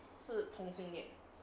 是同性恋